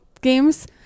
games